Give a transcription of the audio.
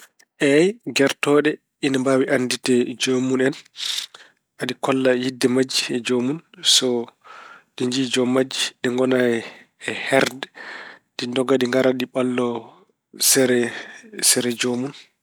Eey, gertooɗe ina mbaawi annditde joomun en. Aɗi golla yiɗde majji e joomun. So ɗi njiyi jom majji, ɗe ngona e herde. Ɗi ndoga, ɗi ngara ɗi ɓallo sere sere joomun.